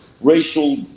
racial